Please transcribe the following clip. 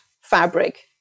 fabric